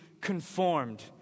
conformed